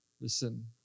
Listen